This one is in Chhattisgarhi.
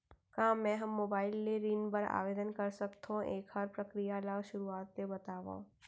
का मैं ह मोबाइल ले ऋण बर आवेदन कर सकथो, एखर प्रक्रिया ला शुरुआत ले बतावव?